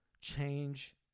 change